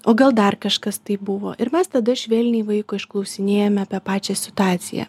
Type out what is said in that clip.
o gal dar kažkas tai buvo ir mes tada švelniai vaiko išklausinėjame apie pačią situaciją